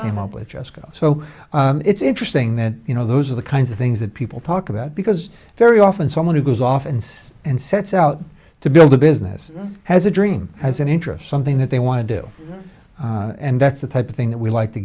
came up with jessica so it's interesting that you know those are the kinds of things that people talk about because very often someone who goes off and says and sets out to build a business has a dream has an interest something that they want to do and that's the type of thing that we like to